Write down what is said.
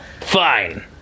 Fine